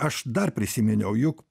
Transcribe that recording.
aš dar prisiminiau juk